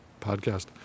podcast